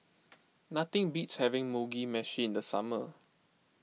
nothing beats having Mugi Meshi in the summer